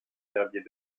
herbiers